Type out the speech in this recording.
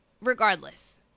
regardless